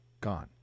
gone